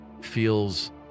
feels